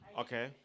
Okay